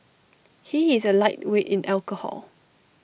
he is A lightweight in alcohol